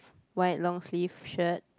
white long sleeve shirt